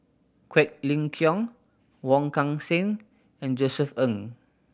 Quek Ling Kiong Wong Kan Seng and Josef Ng